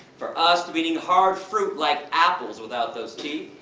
for us, to be eating hard fruit like apples without those teeth.